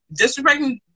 disrespecting